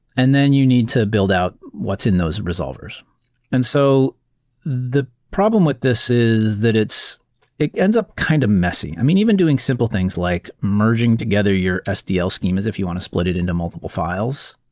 and then you need to build out what's in those resolvers and so the problem with this is that it ends up kind of messy. i mean, even doing simple things like merging together your sdl schemas if you want to split it into multiple files.